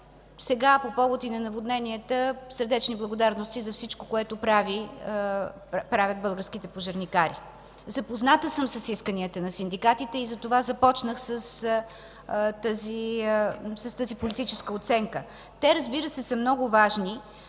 сега по повод и на наводненията – сърдечни благодарности за всичко, което правят българските пожарникари. Запозната съм с исканията на синдикатите и затова започнах с тази политическа оценка. Те, разбира се, са много важни,